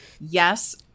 Yes